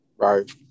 Right